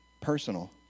personal